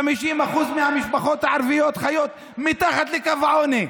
50% מהמשפחות הערביות חיות מתחת לקו העוני.